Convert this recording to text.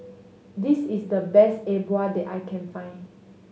this is the best E Bua that I can find